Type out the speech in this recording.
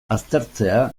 aztertzea